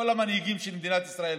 כל המנהיגים של מדינת ישראל,